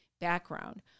background